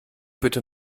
bitte